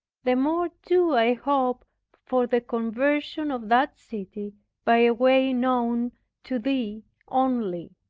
the more do i hope for the conversion of that city by a way known to thee only.